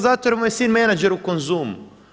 Zato jer mu je sin menadžer u Konzumu.